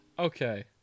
Okay